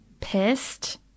pissed